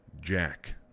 Jack